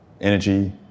energy